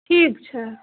ठीक छै